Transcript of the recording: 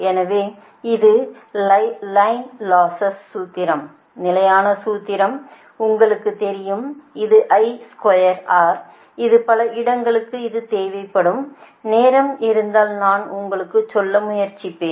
எனவே இது லைன் லாஸஸ்கான சூத்திரம் நிலையான சூத்திரம் உங்களுக்குத் தெரியும் இது I2R இது பல இடங்களுக்கு இது தேவைப்படும் நேரம் இருந்தால் நான் உங்களுக்குச் சொல்ல முயற்சிப்பேன்